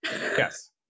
Yes